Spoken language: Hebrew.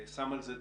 שם על זה דגש,